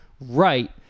right